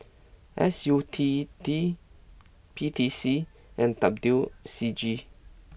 S U T D P T C and W C G